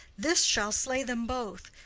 this shall slay them both.